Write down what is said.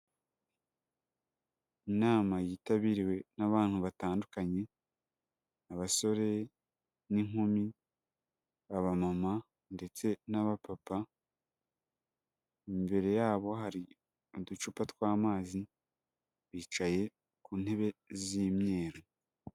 Inama yitabiriwe n'abantu batandukanye, abasore n'inkumi, abamama ndetse n'abapapa, imbere yabo hari uducupa tw'amazi, bicaye ku ntebe z'imyeru.